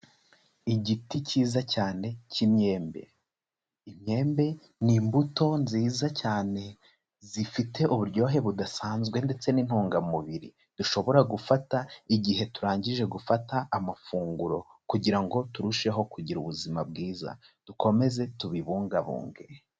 Igiti kiza cyane k'imyembe, imyembe ni imbuto nziza cyane zifite uburyohe budasanzwe ndetse n'intungamubiri, dushobora gufata igihe turangije gufata amafunguro kugira ngo turusheho kugira ubuzima bwiza, dukomeze tubibungabunge.